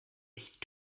echt